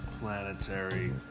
planetary